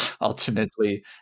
ultimately